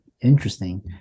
Interesting